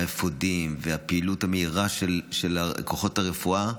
האפודים והפעילות המהירה של כוחות הרפואה.